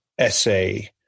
essay